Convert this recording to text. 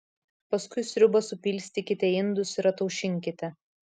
paskui sriubą supilstykite į indus ir ataušinkite